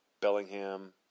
Bellingham